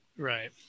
Right